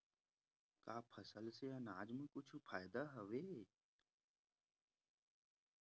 का फसल से आनाज मा कुछु फ़ायदा हे?